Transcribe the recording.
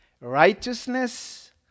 righteousness